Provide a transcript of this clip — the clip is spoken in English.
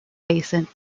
basin